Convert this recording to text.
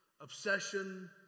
obsession